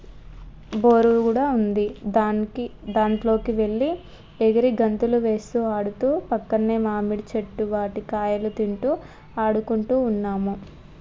బోరూ కూడా ఉంది దానికి దాంట్లోకి వెళ్ళి ఎగిరి గంతులు వేస్తూ ఆడుతూ పక్కన్నే మామిడి చెట్టు వాటి కాయలు తింటూ ఆడుకుంటూ ఉన్నాము